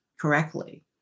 correctly